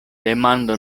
demando